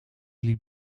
liep